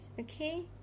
okay